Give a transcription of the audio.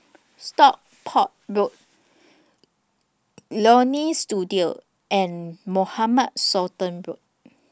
Stockport Road Leonie Studio and Mohamed Sultan Road